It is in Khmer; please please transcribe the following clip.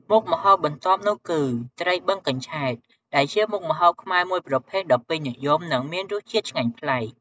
មុខម្ហូបបន្ទាប់នោះគឺ ត្រីបឹងកញ្ឆែតដែលជាមុខម្ហូបខ្មែរមួយប្រភេទដ៏ពេញនិយម និងមានរសជាតិឆ្ងាញ់ប្លែក។